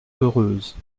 heureuse